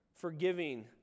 Forgiving